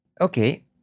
Okay